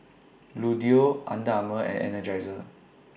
Bluedio Under Armour and Energizer